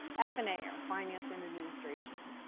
f and a or finance and administration.